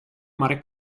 mare